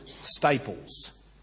staples